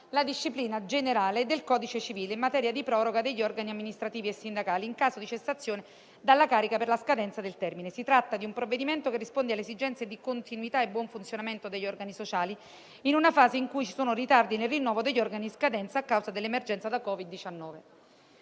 la disciplina generale del codice civile in materia di proroga degli organi amministrativi e sindacali, in caso di cessazione dalla carica per la scadenza del termine. Si tratta di un provvedimento che risponde alle esigenze di continuità e buon funzionamento degli organi sociali, in una fase in cui ci sono ritardi nel rinnovo degli organi in scadenza, a causa dell'emergenza da Covid-19.